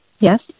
Yes